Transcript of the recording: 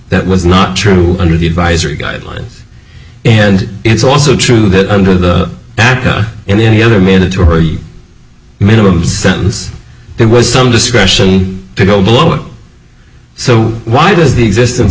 that was not true under the advisory guidelines and it's also true that under the aca and any other mandatory minimum sentence there was some discretion to go below so why does the existence